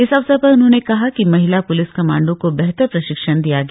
इस अवसर पर उन्होंने कहा कि महिला प्लिस कमाण्डो को बेहतर प्रशिक्षण दिया गया